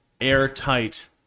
airtight